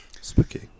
Spooky